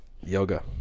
yoga